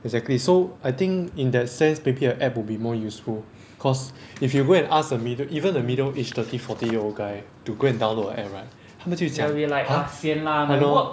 exactly so I think in that sense maybe an app would be more useful cause if you go and ask a mi~ even the middle age thirty forty year old guy to go and download an app right 他们就会讲 !huh! !hannor!